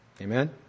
Amen